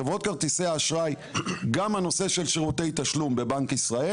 חברות כרטיסי האשראי גם הנושא של שירותי תשלום בבנק ישראל.